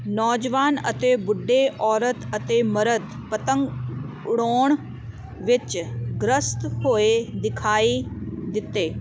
ਨੌਜਵਾਨ ਅਤੇ ਬੁੱਢੇ ਔਰਤ ਅਤੇ ਮਰਦ ਪਤੰਗ ਉਡਾਉਣ ਵਿੱਚ ਗ੍ਰਸਤ ਹੋਏ ਦਿਖਾਈ ਦਿੱਤੇ